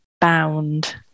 Bound